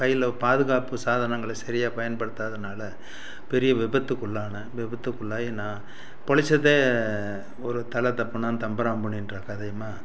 கையில் பாதுகாப்பு சாதனங்களை சரியாக பயன்படுத்தாதனால பெரிய விபத்துக்குள்ளானேன் விபத்துக்குள்ளாகி நான் பொழைச்சதே ஒரு தலை தப்பினா தம்புரான் புண்ணியம்ன்ற கதையுமா